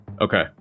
Okay